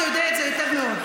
אתה יודע את זה היטב, מאוד.